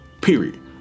Period